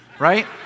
right